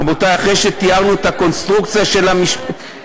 רבותי, אחרי שתיארנו את הקונסטרוקציה של החוק,